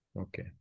Okay